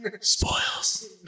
Spoils